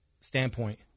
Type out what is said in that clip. standpoint